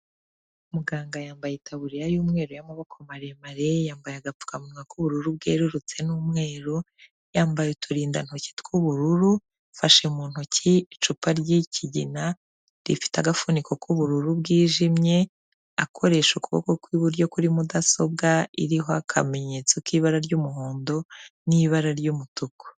Muganga yambaye itaburiya y'umweru y'amaboko maremare, yambaye agapfukamuwa k'ubururu bwerurutse n'umweru, yambaye uturindantoki tw'ubururu, afashe mu ntoki icupa ry'ikigina rifite agafuniko k'ubururu bwijimye, akoresha ukuboko kw'iburyo kuri mudasobwa, iriho akamenyetso k'ibara ry'umuhondo, n'ibara ry'umutuku.